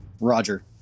roger